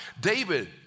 David